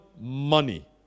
money